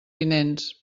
vinents